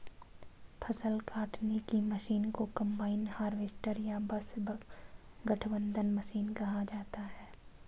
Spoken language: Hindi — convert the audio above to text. फ़सल काटने की मशीन को कंबाइन हार्वेस्टर या बस गठबंधन मशीन कहा जाता है